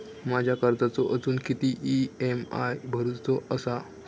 माझ्या कर्जाचो अजून किती ई.एम.आय भरूचो असा?